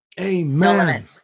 Amen